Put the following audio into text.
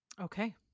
Okay